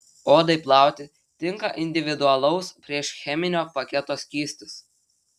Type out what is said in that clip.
odai plauti tinka individualaus priešcheminio paketo skystis